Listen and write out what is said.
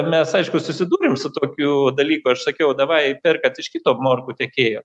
mes aišku susidūrėm su tokiu dalyku aš sakiau davai perkat iš kito morkų tiekėjo